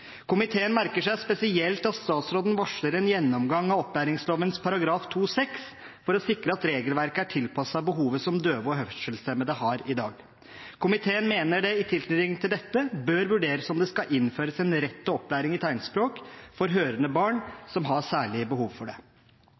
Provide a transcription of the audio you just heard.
Komiteen merker seg spesielt at statsråden varsler en gjennomgang av opplæringsloven § 2-6 for å sikre at regelverket er tilpasset behovet som døve og hørselshemmede har i dag. Komiteen mener det i tilknytning til dette bør vurderes om det skal innføres en rett til opplæring i tegnspråk for hørende barn som har særlig behov for det.